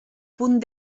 punt